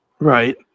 Right